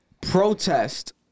protest